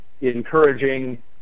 encouraging